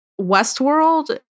Westworld